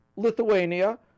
Lithuania